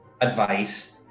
advice